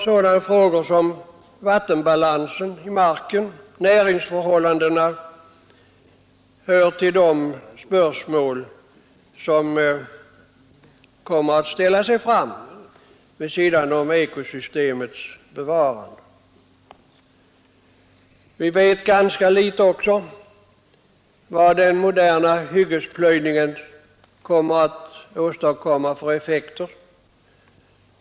Sådana frågor som näringsförhållandena och vattenbalansen i marken är även mycket väsentliga för ekosystemets bevarande. Vi vet också ganska litet om vad den moderna hyggesplöjningen kommer att ha för effekter.